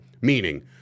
Meaning